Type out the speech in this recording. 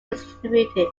distributed